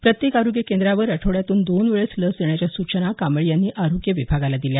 प्रत्येक आरोग्य केंद्रावर आठवडयातून दोन वेळेस लस देण्याच्या सूचना कांबळे यांनी आरोग्य विभागाला दिल्या